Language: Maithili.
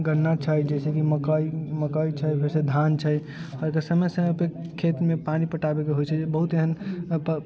गन्ना चाहे जैसे की मकई छै धान छै एकर समय समय पर खेतमे पानि पटाबैके होयत छै बहुत एहन मतलब